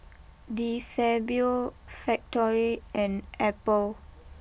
De Fabio Factory and Apple